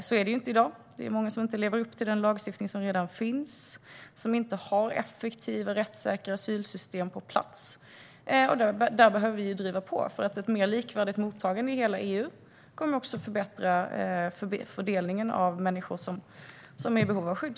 Så är det inte i dag. Det är många som inte lever upp till den lagstiftning som redan finns och som inte har effektiva och rättssäkra asylsystem på plats. Där behöver vi driva på. Ett mer likvärdigt mottagande i hela EU kommer också att förbättra fördelningen av människor som är i behov av skydd.